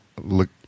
look